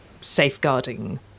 safeguarding